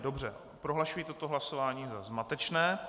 Dobře, prohlašuji toto hlasování za zmatečné.